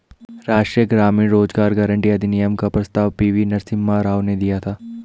राष्ट्रीय ग्रामीण रोजगार गारंटी अधिनियम का प्रस्ताव पी.वी नरसिम्हा राव ने दिया था